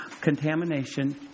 contamination